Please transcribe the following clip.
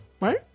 right